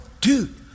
dude